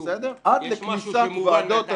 עד לכניסת ועדות הזכאות.